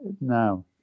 now